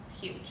huge